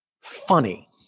funny